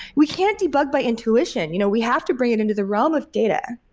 we can't debug by intuition. you know we have to bring it into the realm of data.